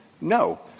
No